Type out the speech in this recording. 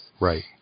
Right